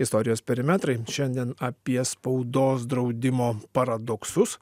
istorijos perimetrai šiandien apie spaudos draudimo paradoksus